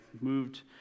moved